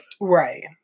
Right